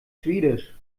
schwedisch